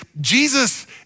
Jesus